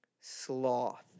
Sloth